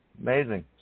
Amazing